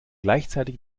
gleichzeitig